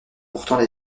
pourtant